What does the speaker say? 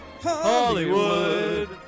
Hollywood